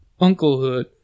unclehood